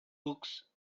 books